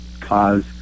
cause